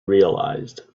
realized